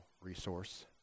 resource